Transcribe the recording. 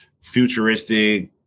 futuristic